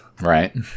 Right